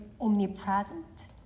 omnipresent